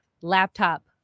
laptop